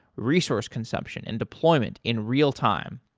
resource consumption and deployment in real time.